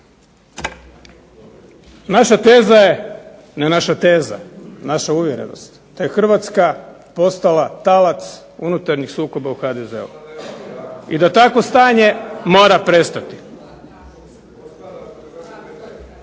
Naša teza je, ne naša teza, naša uvjerenost, da je Hrvatska postala talac unutarnjih sukoba u HDZ-u i da takvo stanje mora prestati.